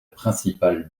principale